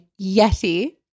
Yeti